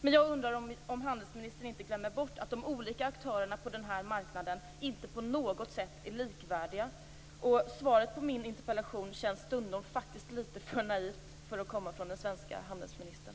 Men jag undrar om handelsministern inte glömmer bort att de olika aktörerna på den här marknaden inte på något sätt är likvärdiga. Svaret på min interpellation känns faktiskt stundom litet för naivt för att komma från den svenska handelsministern.